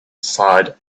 sighed